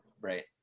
right